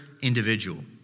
individual